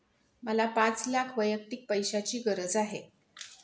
मला पाच लाख वैयक्तिक पैशाची गरज आहे